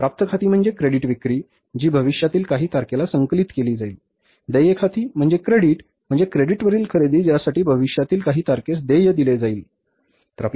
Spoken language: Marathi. प्राप्य खाती म्हणजे क्रेडिट विक्री आहे जी भविष्यातील काही तारखेला संकलित केली जाईल देय खाती म्हणजे क्रेडिट म्हणजे क्रेडिटवरील खरेदी ज्यासाठी भविष्यातील काही तारखेस देय दिले जाईल बरोबर